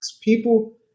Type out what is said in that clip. People